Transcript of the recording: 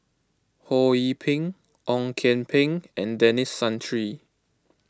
Ho Yee Ping Ong Kian Peng and Denis Santry